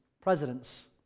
presidents